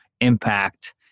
impact